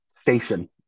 station